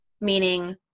meaning